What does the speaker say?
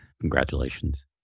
Congratulations